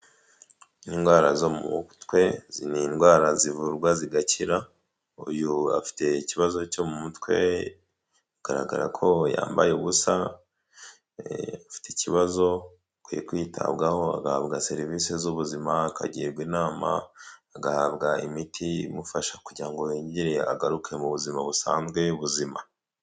Indwara zo mu mutwe ni indwara zivurwa zigakira, uyu afite ikibazo cyo mu mutwe bigaragara ko yambaye ubusa, ufite ikibazo akwiye kwitabwaho agahabwa serivisi z'ubuzima akagirwa inama agahabwa imiti imufasha kugira ngo yongere agaruke mu buzima busanzwe buzima.